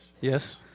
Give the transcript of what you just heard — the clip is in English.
Yes